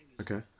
Okay